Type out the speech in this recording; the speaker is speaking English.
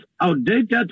outdated